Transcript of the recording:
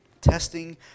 Testing